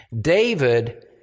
David